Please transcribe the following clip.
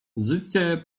zycie